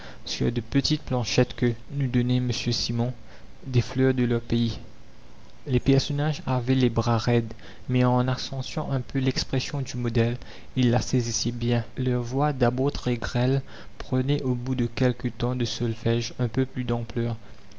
sur de petites planchettes que nous donnait m simon des fleurs de leur pays les personnages avaient les bras raides mais en accentuant un peu l'expression du modèle ils la saisissaient bien leur voix d'abord très grêle prenait au bout de quelque temps de solfège un peu plus d'ampleur